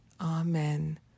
Amen